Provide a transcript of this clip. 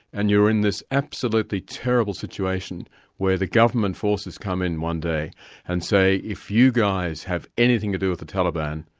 and you're in this absolutely terrible situation where the government forces come in one day and say, if you guys have anything to do with the taliban,